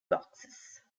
boxes